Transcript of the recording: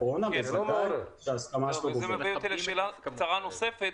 זה מביא אותי לשאלה נוספת,